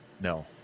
no